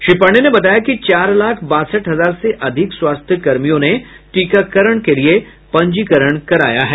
श्री पांडेय ने बताया कि चार लाख बासठ हजार से अधिक स्वास्थ्यकर्मियों ने टीकाकरण के लिए पंजीकरण कराया है